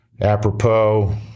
apropos